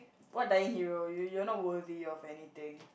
what dying hero you you're not worthy of anything